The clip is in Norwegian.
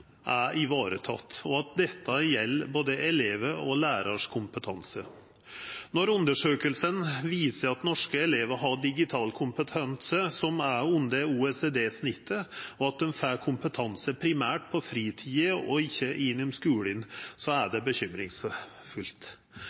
er varetekne, og at dette gjeld både elev og lærars kompetanse. Når undersøkingar viser at norske elevar har digital kompetanse som er under OECD-snittet, og at dei får kompetanse primært på fritida og ikkje gjennom skulen, er det bekymringsfullt.